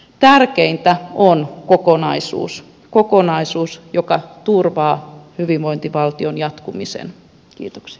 tärkeintä on kokonaisuus kokonaisuus joka turvaa hyvinvointivaltion jatkumisen